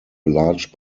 large